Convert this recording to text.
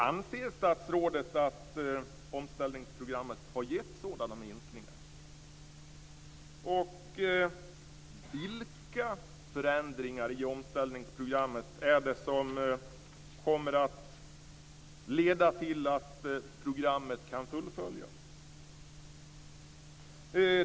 Anser statsrådet att omställningsprogrammet har gett sådana minskningar? Vilka förändringar i omställningsprogrammet kommer att leda till att programmet kan fullföljas?